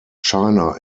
china